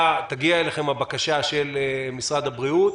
הבקשה של משרד הבריאות?